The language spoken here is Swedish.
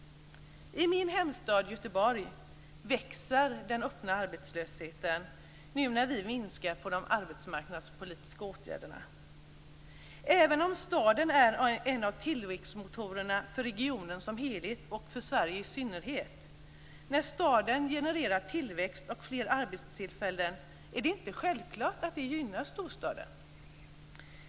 I min hemstad Göteborg växer den öppna arbetslösheten när vi nu minskar på de arbetsmarknadspolitiska åtgärderna, även om staden är en av tillväxtmotorerna för regionen som helhet och för Sverige i synnerhet. När staden genererar tillväxt och fler arbetstillfällen är det inte självklart att det gynnar storstaden.